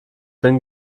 bin